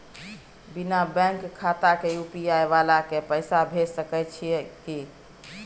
बिना बैंक खाता के यु.पी.आई वाला के पैसा भेज सकै छिए की?